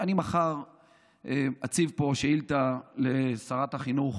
מחר אציג פה שאילתה לשרת החינוך